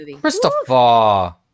Christopher